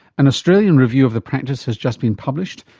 an australian review of the practice has just been published.